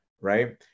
right